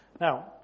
now